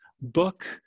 book